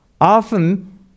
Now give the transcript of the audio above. Often